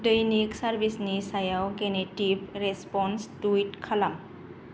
दैनिक सारभिसनि सायाव negative response टुइट खालाम